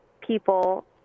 people